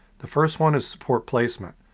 the first one is support placement.